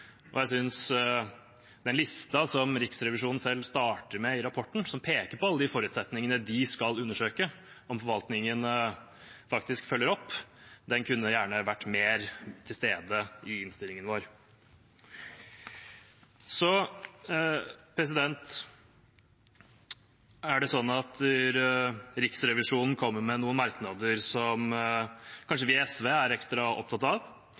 Jeg synes den listen som Riksrevisjonen selv starter med i rapporten, som peker på alle de forutsetningene de skal undersøke om forvaltningen faktisk følger opp, gjerne kunne vært mer til stede i innstillingen vår. Så er det sånn at Riksrevisjonen kommer med noen merknader som gjelder noe vi i SV kanskje er ekstra opptatt av,